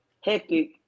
hectic